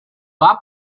war